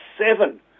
seven